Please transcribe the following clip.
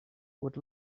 would